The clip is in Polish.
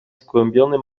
skłębiony